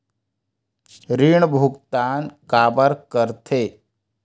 ऋण भुक्तान काबर कर थे?